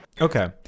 Okay